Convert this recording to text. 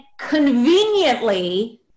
conveniently